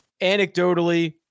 anecdotally